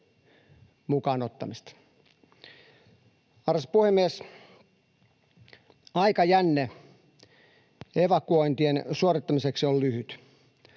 mukaan ottamista. Arvoisa puhemies! Aikajänne evakuointien suorittamiseksi on lyhyt.